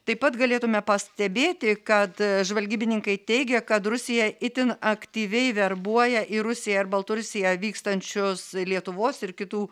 taip pat galėtume pastebėti kad žvalgybininkai teigia kad rusija itin aktyviai verbuoja į rusiją baltarusiją vykstančius lietuvos ir kitų